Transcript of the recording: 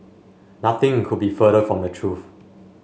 nothing could be further from the truth